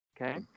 Okay